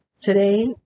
today